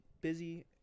busy